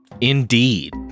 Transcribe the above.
Indeed